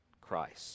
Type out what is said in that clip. Christ